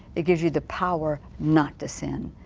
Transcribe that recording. it gives you the power not to sin.